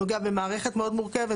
נוגע במערכת מאוד מורכבת,